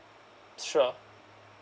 sure